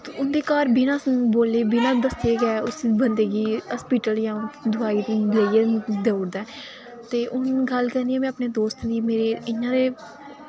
उं'दे घर बिना बोले बिना दस्से गै उस बंदे कि हास्पिटल जां दोआई लेइयै देई ओड़दा ऐ ते हून गल्ल करनी आं में अपने दोस्तें दी मेरे इ'यां ते